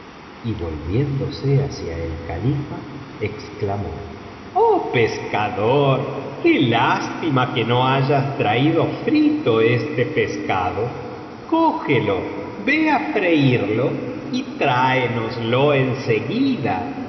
y volviéndose hacia el califa exclamó oh pescador qué lástima que no hayas traído frito este pescado cógelo ve á freirlo y tráenoslo en seguida